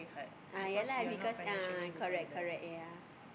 ah ya lah because ah correct correct ya